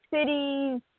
cities